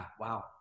wow